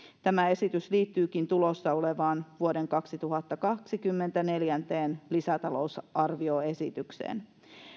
tämä esitys liittyykin tulossa olevaan vuoden kaksituhattakaksikymmentä neljänteen lisätalousarvioesitykseen